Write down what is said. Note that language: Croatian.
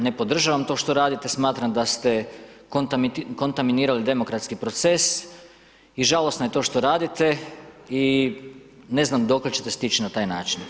Ne podržavam to što radite, smatram da ste kontaminirali demokratski proces i žalosno je to što radite i ne znam dokle ćete stići na taj način.